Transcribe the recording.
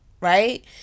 right